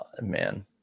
man